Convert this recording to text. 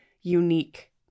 unique